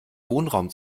wohnraum